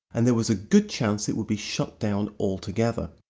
and there was a good chance it would be shut down altogether.